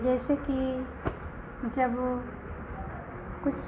जैसे कि जब कुछ